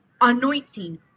anointing